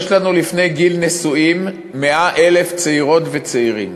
יש לנו לפני גיל נישואים 100,000 צעירות וצעירים